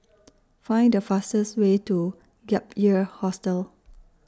Find The fastest Way to Gap Year Hostel